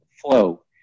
flow